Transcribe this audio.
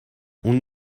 اون